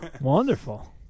Wonderful